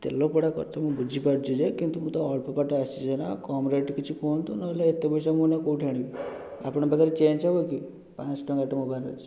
ତେଲ ପୋଡ଼ା ଖର୍ଚ୍ଚ ମୁଁ ବୁଝିପାରୁଛି ଯେ କିନ୍ତୁ ମୁଁ ତ ଅଳ୍ପ ବାଟ ଆସିଛି ନା କମ୍ ରେଟ୍ କିଛି କୁହନ୍ତୁ ନହେଲେ ଏତେ ପଇସା ମୁଁ ଏଇନା କେଉଁଠୁ ଆଣିବି ଆପଣଙ୍କ ପାଖରେ ଚେଞ୍ଜ ହେବ କି ପାଞ୍ଚଶହ ଟଙ୍କାଟେ ମୋ ପାଖରେ ଅଛି